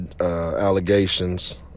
allegations